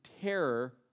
terror